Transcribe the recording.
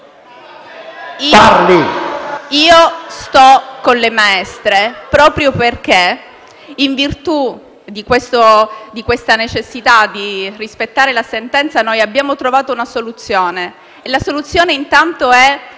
#Io sto con le maestre proprio perché, in virtù della necessità di rispettare la sentenza, abbiamo trovato una soluzione che consiste, intanto,